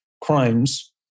crimes